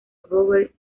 robert